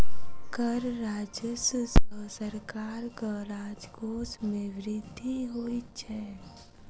कर राजस्व सॅ सरकारक राजकोश मे वृद्धि होइत छै